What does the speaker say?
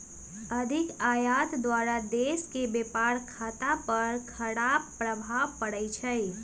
अधिक आयात द्वारा देश के व्यापार खता पर खराप प्रभाव पड़इ छइ